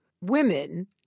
women